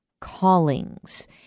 Callings